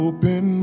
Open